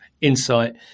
insight